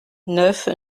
neuf